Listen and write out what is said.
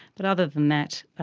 but other than that,